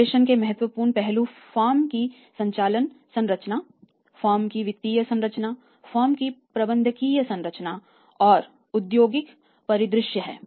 विश्लेषण के महत्वपूर्ण पहलू फर्म की संचालन संरचना फर्म की वित्तीय संरचना फर्म की प्रबंधकीय संरचना और औद्योगिक परिदृश्य हैं